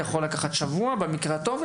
זה יכול לקחת שבוע במקרה הטוב,